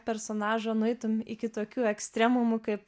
personažą nueitum iki tokių ekstremumų kaip